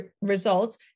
results